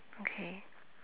okay